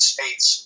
States